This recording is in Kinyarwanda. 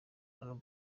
album